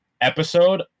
episode